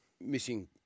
missing